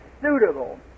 suitable